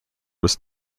was